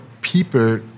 people